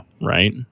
right